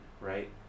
right